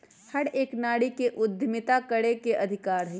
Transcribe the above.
हर एक नारी के उद्यमिता करे के अधिकार हई